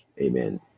Amen